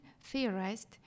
theorized